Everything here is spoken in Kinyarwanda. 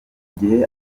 gihe